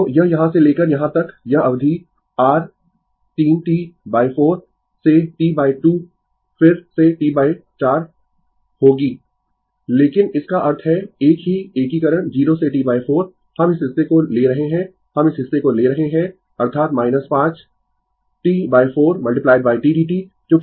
तो यह यहां से लेकर यहाँ तक यह अवधि r3 T 4 T 2 फिर से T 4 होगी लेकिन इसका अर्थ है एक ही एकीकरण 0 से T 4 हम इस हिस्से को ले रहे है हम इस हिस्से को ले रहे है अर्थात 5 T 4 tdt